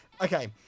okay